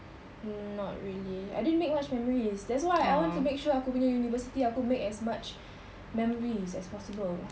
not really I didn't make much memories that's why I want to make sure aku punya university aku make as much memories as possible